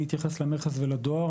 אני אתייחס למכס ולדואר.